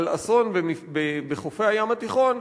על אסון בחופי הים התיכון,